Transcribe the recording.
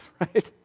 right